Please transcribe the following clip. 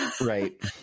Right